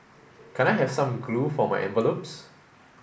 can I have some glue for my envelopes